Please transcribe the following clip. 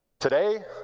today,